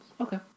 Okay